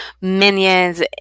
Minion's